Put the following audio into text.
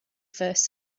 first